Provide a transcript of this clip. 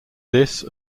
this